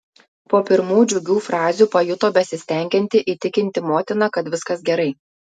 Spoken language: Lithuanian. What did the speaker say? po pirmų džiugių frazių pajuto besistengianti įtikinti motiną kad viskas gerai